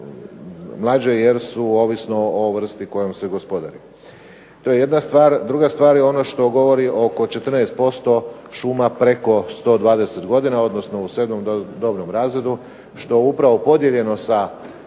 mlađe jer se ovisno o vrsti kojom se gospodari. To je jedna stvar, a druga stvar je ono što govori oko 14% šuma preko 120 godina, odnosno u 7. dobnom razredu što je upravo podijeljeno sa 7.